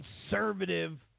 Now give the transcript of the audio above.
conservative